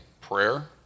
prayer